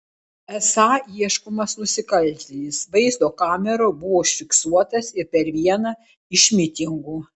esą ieškomas nusikaltėlis vaizdo kamerų buvo užfiksuotas ir per vieną iš mitingų